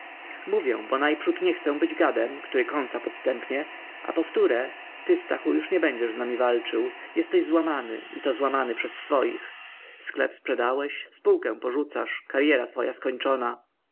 mówię bo najprzód nie chcę być gadem który kąsa podstępnie a po wtóre ty stachu już nie będziesz z nami walczył jesteś złamany i to złamany przez swoich sklep sprzedałeś spółkę porzucasz karyera twoja skończona